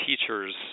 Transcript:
teachers